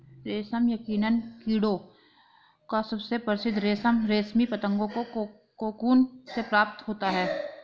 रेशम यकीनन कीड़ों का सबसे प्रसिद्ध रेशम रेशमी पतंगों के कोकून से प्राप्त होता है